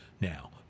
now